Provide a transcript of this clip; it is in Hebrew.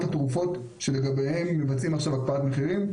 התרופות שלגביהן מבצעים עכשיו הקפאת מחירים.